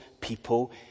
people